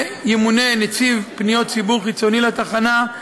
ימונה נציב פניות ציבור חיצוני לתחנה.